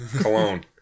cologne